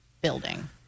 building